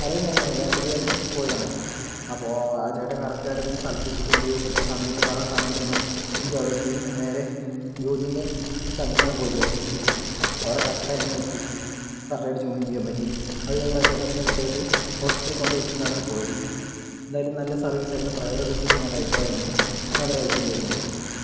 അറിവും കാര്യങ്ങളും ഒന്നുമില്ല ഞാൻ പുതിയതായിട്ട് പോയതാണ് അപ്പോൾ ആ ചേട്ടൻ കറക്റ്റ് ആയിട്ട് എന്നെ സ്ഥലത്ത് എത്തിക്കുകയും ചെയ്തു കൃത്യസമയത്ത് പറഞ്ഞ സമയത്ത് തന്നെ എനിക്ക് അവിടെ എത്തി നേരെ ജോലീൻ്റെ സ്ഥലത്തേക്ക് ആണ് പോയത് ഓഫീസിലേക്ക് അവിടെ കറക്റ്റ് ടൈമിൽ എത്തി കറക്റ്റ് ആയിട്ട് ജോയിൻ ചെയ്യാൻ പറ്റി അത് കഴിഞ്ഞിട്ട് ആ ചേട്ടൻ എന്നെ കൃത്യമായിട്ട് ഹോസ്റ്റലിൽ കൊണ്ട് വിട്ടിട്ടാണ് പോയത് എന്തായാലും നല്ല സർവീസ് ആയിരുന്നു ഡ്രൈവറെക്കുറിച്ച് എനിക്ക് നല്ല അഭിപ്രായം ആണ് നല്ല റേറ്റിംഗ് തരുന്നുണ്ട്